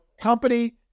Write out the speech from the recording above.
company